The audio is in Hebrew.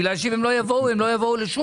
בגלל שאם הם לא יבואו הם לא יבואו לשום